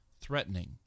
threatening